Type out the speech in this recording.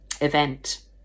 event